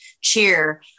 cheer